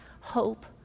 hope